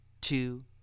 two